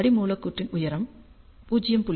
அடி மூலக்கூறின் உயரம் 0